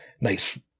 nice